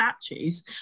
statues